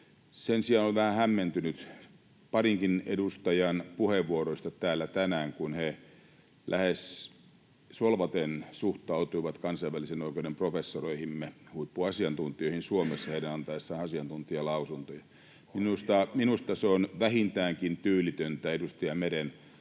Sen sijaan olen vähän hämmentynyt parinkin edustajan puheenvuoroista täällä tänään, kun he lähes solvaten suhtautuivat kansainvälisen oikeuden professoreihimme, huippuasiantuntijoihin Suomessa, heidän antaessaan asiantuntijalausuntoja. [Sheikki Laakson välihuuto] Minusta se on vähintäänkin tyylitöntä, edustaja Meren